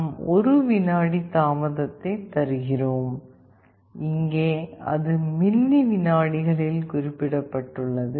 நாம் ஒரு வினாடி தாமதத்தை தருகிறோம் இங்கே அது மில்லி விநாடிகளில் குறிப்பிடப்பட்டுள்ளது